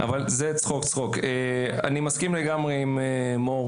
אני מסכים לגמרי עם מור